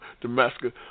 Damascus